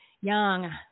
Young